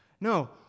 No